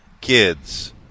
kids